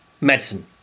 medicine